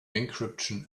encryption